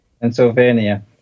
Pennsylvania